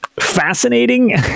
fascinating